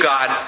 God